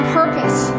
purpose